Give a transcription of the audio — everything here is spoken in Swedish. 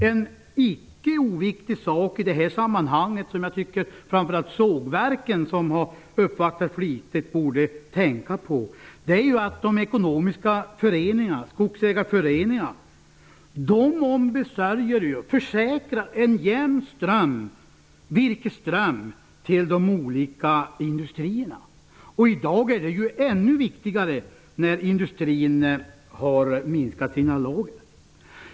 En icke oviktig sak i detta sammanhang som jag tycker att framför allt sågverken, som har uppvaktat flitigt, borde tänka på är att de ekonomiska föreningarna -- skogsägarföreningarna -- ombesörjer och försäkrar en jämn virkesström till de olika industrierna. I dag, när industrin har minskat sina lager, är det ännu viktigare.